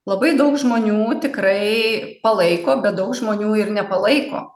labai daug žmonių tikrai palaiko bet daug žmonių ir nepalaiko